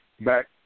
back